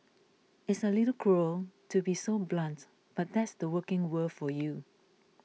it's a little cruel to be so blunt but that's the working world for you